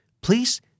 Please